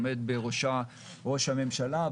עומד בראשה ראש הממשלה,